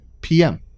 PM